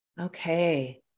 Okay